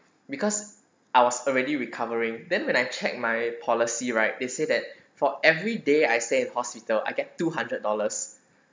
because I was already recovering then when I check my policy right they say that for every day I stay in hospital I get two hundred dollars